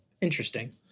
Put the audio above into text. Interesting